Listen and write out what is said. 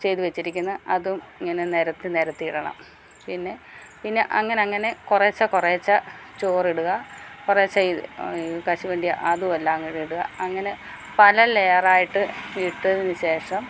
ചെയ്ത് വെച്ചിരിക്കുന്ന അതും ഇങ്ങനെ നിരത്തി നിരത്തിയിടണം പിന്നെ പിന്നെ അങ്ങനങ്ങനെ കുറെശെ കുറെച്ച ചോറിടുക കുറെശ്ശെ ഈ കശുവണ്ടി അതുവെല്ലാങ്കൂടെ ഇടുക അങ്ങനെ പല ലെയറായിട്ട് ഇട്ടതിന് ശേഷം